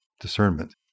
discernment